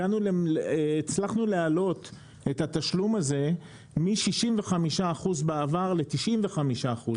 והצלחנו להעלות את התשלום הזה מ-65 אחוזים בעבר ל-95 אחוזים.